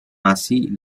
nasi